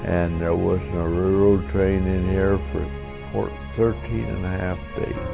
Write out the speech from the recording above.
and there was no railroad train in here for for thirteen and a half days.